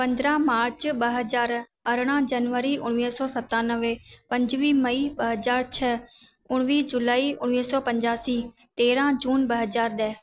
पंदरहां मार्च ॿ हज़ार अरड़हां जनवरी उणिवीह सौ सतानवे पंजवीह मई ॿ हज़ार छह उणिवीह जुलाई उणिवीह सौ पंजासी तेरहां जून ॿ हज़ार ॾह